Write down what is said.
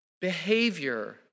behavior